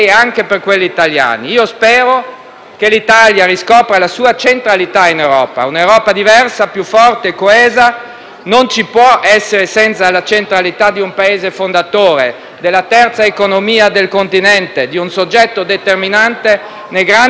che l'Italia riscopra la sua centralità in Europa. Un'Europa diversa, più forte e coesa non ci può essere senza la centralità di un Paese fondatore, della terza economia del Continente, di un soggetto determinante nei grandi passaggi per l'unificazione europea.